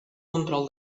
control